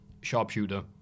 Sharpshooter